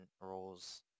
roles